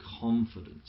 confidence